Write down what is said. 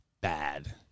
bad